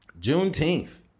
juneteenth